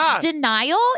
denial